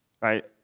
right